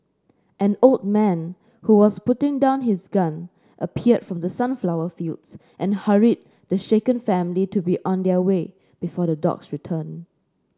an old man who was putting down his gun appeared from the sunflower fields and hurried the shaken family to be on their way before the dogs return